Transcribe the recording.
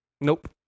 Nope